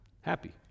Happy